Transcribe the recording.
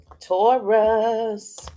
Taurus